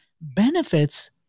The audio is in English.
benefits